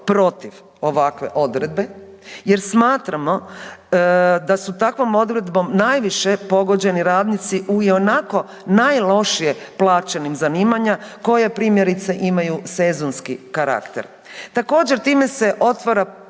protiv ovakve odredbe jer smatramo da su takvom odredbom najviše pogođeni radnici u i onako najlošije plaćenim zanimanjima koje primjerice imaju sezonski karakter. Također time se otvara